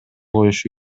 коюшу